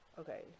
Okay